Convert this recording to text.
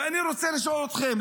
ואני רוצה לשאול אתכם,